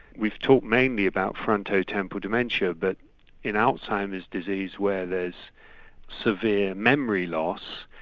we've talked mainly about frontotemporal dementia but in alzheimer's disease, where there's severe memory loss,